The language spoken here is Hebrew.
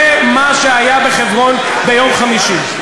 זה מה שהיה בחברון ביום חמישי.